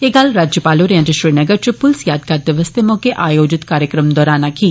एह गल्ल राज्यपाल होरे अज्ज श्रीनगर च पुलस यादगार दिवस दे मौके आयोजित कार्यक्रम दौरान आक्खी